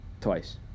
Twice